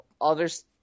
others